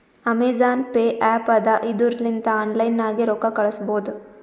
Amazon Pay app ಅದಾ ಇದುರ್ ಲಿಂತ ಆನ್ಲೈನ್ ನಾಗೆ ರೊಕ್ಕಾ ಕಳುಸ್ಬೋದ